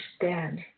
understand